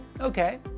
Okay